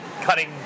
cutting